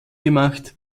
gemacht